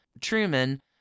Truman